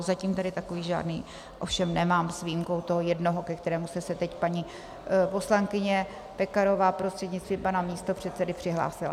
Zatím tady takový žádný ovšem nemám s výjimkou toho jednoho, ke kterému se teď paní poslankyně Pekarová, prostřednictvím pana místopředsedy přihlásila.